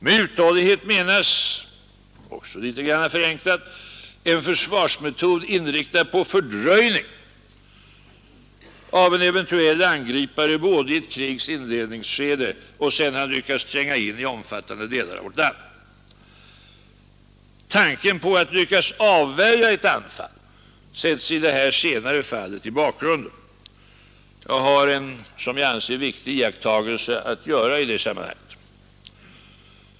Med uthållighet menas — också litet grand förenklat — en försvarsmetod inriktad på fördröjning av en eventuell angripare både i ett krigs inledningsskede och sedan han lyckats tränga in i omfattande delar av vårt land. Tanken på att lyckas avvärja ett anfall sätts i det senare fallet i bakgrunden. Jag har en, som jag anser, viktig iakttagelse att göra i det sammanhanget.